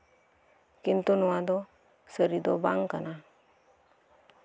ᱠᱤᱱᱛᱩ ᱱᱚᱣᱟ ᱫᱚ ᱥᱟᱹᱨᱤ ᱫᱚ ᱵᱟᱝ ᱠᱟᱱᱟ